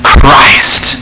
Christ